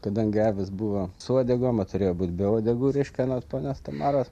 kadangi avys buvo su uodegom o turėjo būt be uodegų reiškia anot ponios tamaros